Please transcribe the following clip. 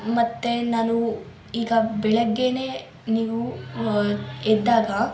ಮತ್ತು ನಾನು ಈಗ ಬೆಳಗ್ಗೆನೇ ನೀವು ಎದ್ದಾಗ